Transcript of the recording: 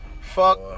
Fuck